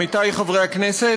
עמיתי חברי הכנסת,